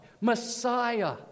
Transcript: Messiah